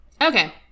Okay